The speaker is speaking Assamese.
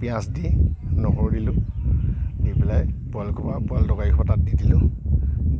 পিঁয়াজ দি নহৰু দিলোঁ দি পেলাই বইল কৰোঁ আৰু বইল তৰকাৰীসোপা তাত দি দিলোঁ